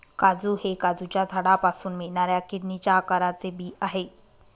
काजू हे काजूच्या झाडापासून मिळणाऱ्या किडनीच्या आकाराचे बी आहे